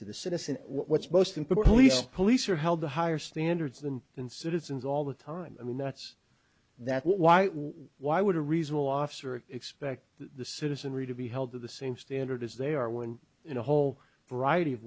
to the citizen what's most important least police are held to higher standards than in citizens all the time i mean that's that's why why would a reasonable officer expect the citizenry to be held to the same standard as they are when in a whole variety of